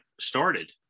started